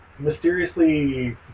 mysteriously